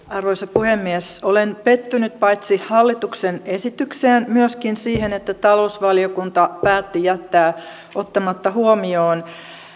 arvoisa puhemies olen pettynyt paitsi hallituksen esitykseen myöskin siihen että talousvaliokunta päätti jättää ottamatta huomioon